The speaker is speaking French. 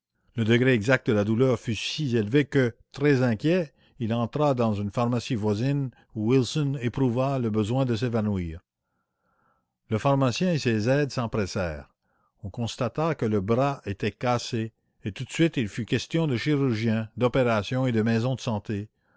le remuer herlock le palpa puis assez inquiet entra dans une pharmacie voisine où wilson éprouva le besoin de s'évanouir le pharmacien et ses aides s'empressèrent on constata que le bras était cassé et tout de suite il fut question de chirurgien d'opération et de maison de santé